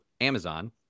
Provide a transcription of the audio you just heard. Amazon